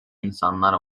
insanlar